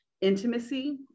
intimacy